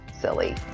silly